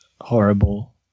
horrible